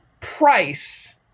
price